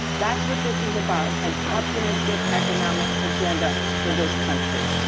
that's what this is about an optimistic economic agenda for this country.